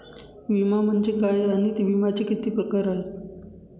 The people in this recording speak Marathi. विमा म्हणजे काय आणि विम्याचे किती प्रकार आहेत?